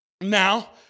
Now